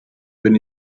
bin